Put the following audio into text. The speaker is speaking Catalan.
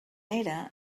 era